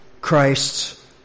Christ's